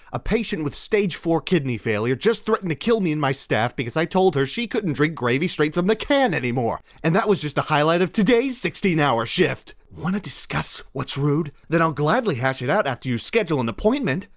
a patient with stage four kidney failure just threatened to kill me and my staff because i told her she couldn't drink gravy straight from the can anymore and that was just a highlight of today's sixteen hour shift! want to discuss what's rude? then i'll gladly hash it out after you schedule an appointment.